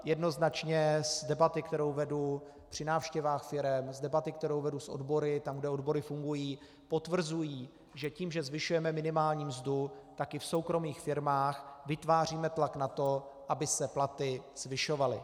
Jednoznačně z debaty, kterou vedu při návštěvách firem, z debaty, kterou vedu s odbory tam, kde odbory fungují, lidé potvrzují, že tím, že zvyšujeme minimální mzdu, tak i v soukromých firmách vytváříme tlak na to, aby se platy zvyšovaly.